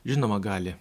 žinoma gali